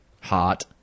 Hot